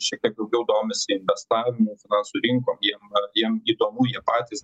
šiek tiek daugiau domisi investavimu finansų rinkom jiem ar jiem įdomu jie patys